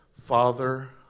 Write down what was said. Father